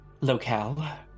locale